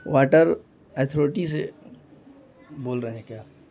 water authority سے بول رہے ہیں کیا